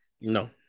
No